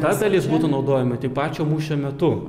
tas dalis būtų naudojama tik pačio mūšio metu